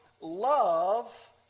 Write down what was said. love